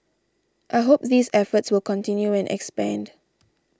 I hope these efforts will continue and expand